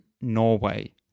Norway